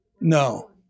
No